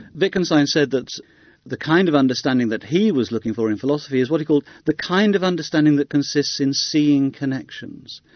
wittgenstein said that the kind of understanding that he was looking for in philosophy, was what he called the kind of understanding that consists in seeing connections.